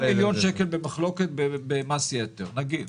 שיש 100 מיליון שקל במחלוקת במס יתר נגיד,